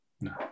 No